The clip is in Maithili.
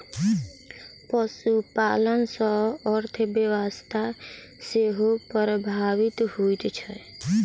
पशुपालन सॅ अर्थव्यवस्था सेहो प्रभावित होइत छै